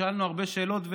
שאלנו הרבה שאלות,